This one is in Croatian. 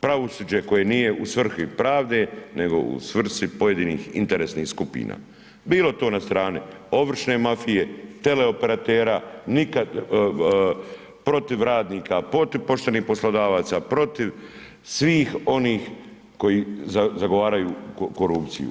Pravosuđe koje nije u svrhi pravde nego u svrsi pojedinih interesnih skupina, bilo to na strani ovršne mafije, teleoperatera, nikad, protiv radnika, protiv poštenih poslodavaca, protiv svih onih koji zagovaraju korupciju.